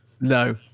No